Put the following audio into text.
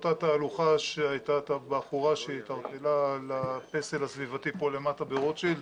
אותה תהלוכה שהייתה בחורה שהתערטלה על הפסל הסביבתי פה למטה ברוטשילד,